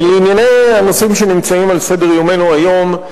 לענייני הנושאים שנמצאים על סדר-יומנו היום,